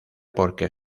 porque